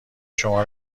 شما